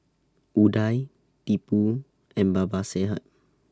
Udai Tipu and Babasaheb